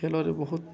ଖେଳରେ ବହୁତ